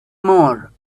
more